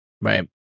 Right